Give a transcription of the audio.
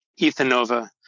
Ethanova